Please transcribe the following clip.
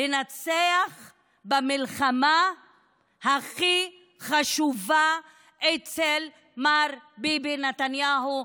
לנצח במלחמה הכי חשובה אצל מר ביבי נתניהו,